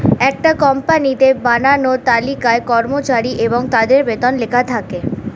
একটা কোম্পানিতে বানানো তালিকায় কর্মচারী এবং তাদের বেতন লেখা থাকে